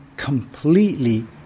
completely